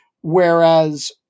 Whereas